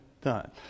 Done